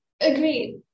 Agreed